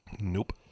Nope